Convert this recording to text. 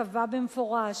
קבע במפורש